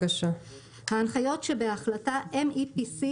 "הנחיות אימ"ו לעניין יומנים אלקטרוניים" - ההנחיות שבהחלטהMEPC